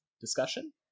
discussion